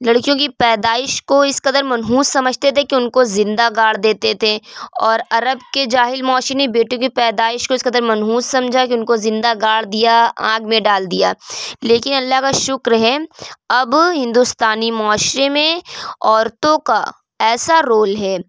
لڑکیوں كی پیدائش کو اس قدر منحوس سمجھتے تھے کہ ان کو زندہ گاڑ دیتے تھے اور عرب کے جاہل معاشرے نے بیٹی كی پیدائش کو اس قدر منحوس سمجھا کہ ان کو زندہ گاڑ دیا آگ میں ڈال دیا لیکن اللہ کا شکر ہے اب ہندوستانی معاشرے میں عورتوں کا ایسا رول ہے